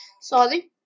Sorry